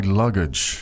luggage